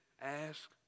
ask